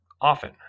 often